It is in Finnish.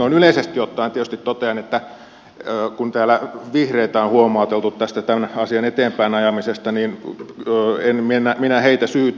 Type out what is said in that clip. noin yleisesti ottaen tietysti totean että kun täällä vihreitä on huomauteltu tämän asian eteenpäin ajamisesta niin en minä heitä syytä